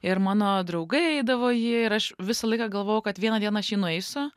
ir mano draugai eidavo jį ir aš visą laiką galvojau kad vieną dieną aš jį nueisiu